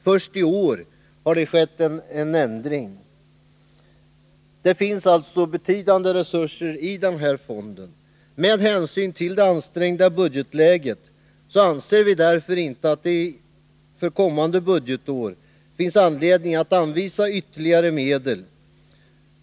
Först i år har det skett en ändring. Det finns alltså betydande resurser i den här fonden. Med hänsyn till det ansträngda budgetläget anser vi därför att det för kommande budgetår inte finns anledning att anvisa ytterligare medel.